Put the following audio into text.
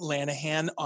Lanahan